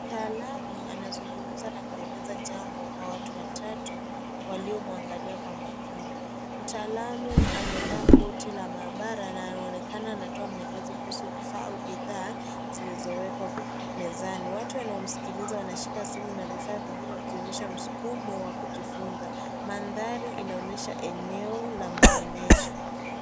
Mtaalamu anazungumza na kueleza jambo kwa watu watatu waliomwangalia kwa makini. Mtaalamu amevaa koti la maabara na anaonekana anatoa maelezo kuhusu vifaa au bidhaa zilizowekwa mezani. Watu wanaomsikiliza wanashika simu na vifaa vingine vikionyesha msukumo wa kujifunza. Mandhari inaonyesha eneo la maonyesho.